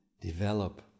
develop